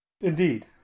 Indeed